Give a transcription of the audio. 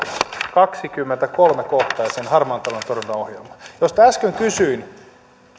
kaksikymmentäkolme kohtaiseen harmaan talouden torjuntaohjelmaan äsken kysyin